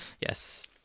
yes